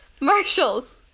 Marshalls